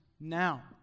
now